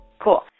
Cool